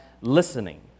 listening